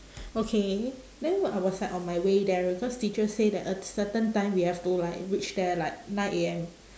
okay then I was like on my way there because teacher say that a certain time we have to like reach there like nine A_M